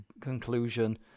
conclusion